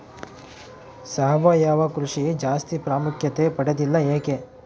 ಸಾವಯವ ಕೃಷಿ ಜಾಸ್ತಿ ಪ್ರಾಮುಖ್ಯತೆ ಪಡೆದಿಲ್ಲ ಯಾಕೆ?